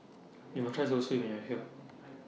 YOU must Try Zosui when YOU Are here